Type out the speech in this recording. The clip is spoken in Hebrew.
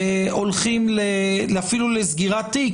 הולכים אפילו לסגירת תיק,